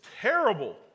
terrible